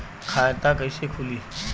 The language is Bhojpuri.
खाता कइसे खुली?